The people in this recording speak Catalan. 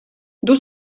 duu